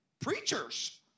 Preachers